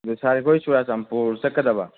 ꯁꯥꯔ ꯑꯩꯈꯣꯏ ꯆꯨꯔꯆꯥꯟꯄꯨꯔ ꯆꯠꯀꯗꯕ